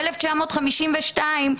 ב-1952,